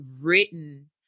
written